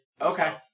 Okay